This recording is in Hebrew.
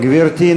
גברתי,